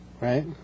right